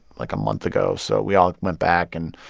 like, a month ago. so we all went back and.